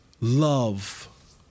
love